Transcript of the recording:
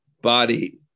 body